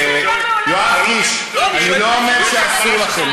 יואב קיש, לא, אני לא אומר שאסור לכם.